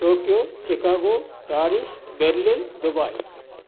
Tokyo Chicago Paris Berlin Dubai